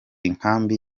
inkambi